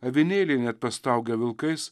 avinėliai net pastaugę vilkais